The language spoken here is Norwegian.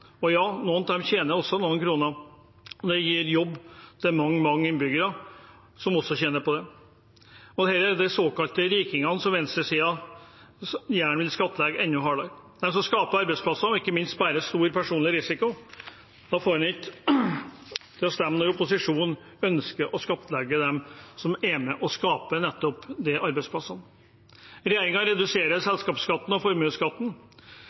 Og ja, noen av dem tjener også noen kroner. Det gir jobb til mange, mange innbyggere, som også tjener på det. Dette er de såkalte rikingene som venstresiden gjerne vil skattlegge enda hardere, men som skaper arbeidsplasser og ikke minst bærer stor personlig risiko. En får det ikke til å stemme når opposisjonen ønsker å skattlegge dem som er med på å skape nettopp disse arbeidsplassene. Regjeringen reduserer selskapsskatten og formuesskatten.